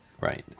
right